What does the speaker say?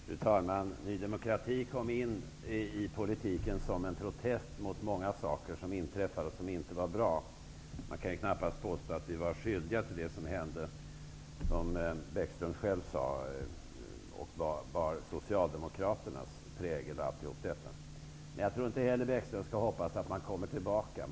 Fru talman! Ny demokrati kom in i politiken som en protest mot många saker som inträffade och som inte var bra. Man kan knappast påstå att vi var skyldiga till det som hände och som -- det sade Bäckström själv -- bar Socialdemokraternas prägel. Men jag tror inte att Bäckström skall hoppas att man kommer tillbaka till det.